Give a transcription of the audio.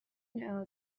know